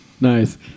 nice